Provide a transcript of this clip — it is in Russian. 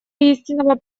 истинного